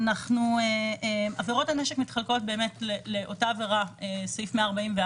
עבירות הנשק מתחלקות לעבירה בסעיף 144,